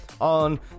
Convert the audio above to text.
on